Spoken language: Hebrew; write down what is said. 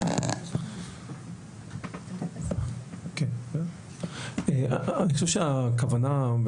אני חושב שהכוונה,